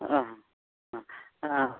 ᱚ ᱚ